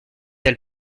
elle